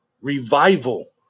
revival